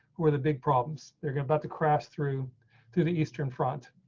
where the big problems they're going about to crash through through the eastern front.